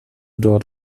dort